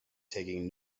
taking